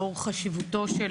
לאור חשיבותו של